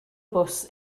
bws